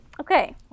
Okay